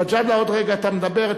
מג'אדלה, עוד רגע אתה מדבר.